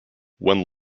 when